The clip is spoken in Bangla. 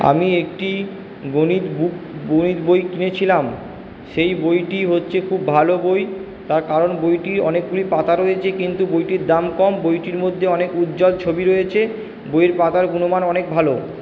আমি একটি গণিত বুক গণিত বই কিনেছিলাম সেই বইটি হচ্ছে খুব ভালো বই তার কারণ বইটির অনেকগুলি পাতা রয়েছে কিন্তু বইটির দাম কম বইটির মধ্যে অনেক উজ্জ্বল ছবি রয়েছে বইয়ের পাতার গুণমান অনেক ভালো